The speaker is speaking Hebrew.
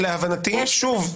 להבנתי שוב,